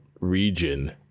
region